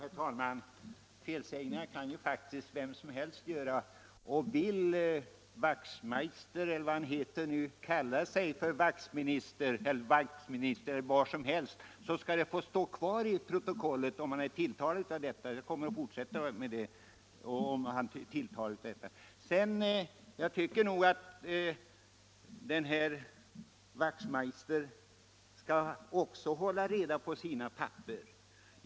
Fru talman! Felsägningar kan faktiskt vem som helst göra, och vill herr Wachtmeister eller vad han heter nu kalla sig Wachtminister, skall det få stå kvar i protokollet om han är tilltalad av detta. Jag tycker att herr Wachtmeister också skall hålla reda på sina papper.